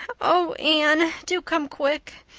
oh, anne, do come quick,